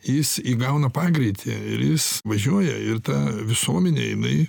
jis įgauna pagreitį ir jis važiuoja ir ta visuomenė jinai